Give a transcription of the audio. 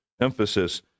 emphasis